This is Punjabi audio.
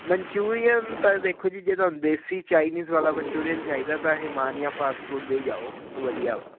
ਮਨਚੂਰੀਅਨ ਤਾਂ ਦੇਖੋ ਜੀ ਜੇ ਤੁਹਾਨੂੰ ਦੇਸੀ ਚਾਇਨੀਜ਼ ਵਾਲਾ ਮਨਚੂਰੀਅਨ ਚਾਹੀਦਾ ਤਾਂ ਹਿਮਾਨੀਆਂ ਫਾਸਟ ਫ਼ੂਡ ਦੇ ਜਾਓ ਉਹ ਵਧੀਆ ਵਾ